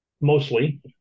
mostly